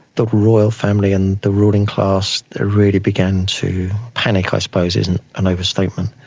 the royal family and the ruling class, they really began to, panic, i suppose, isn't an overstatement.